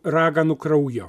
raganų kraujo